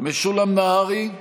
משולם נהרי,